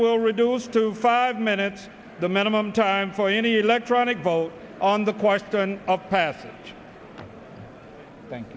will reduce to five minutes the minimum time for any electronic vote on the question of pass thank